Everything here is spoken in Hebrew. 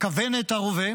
כוונת הרובה